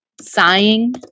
sighing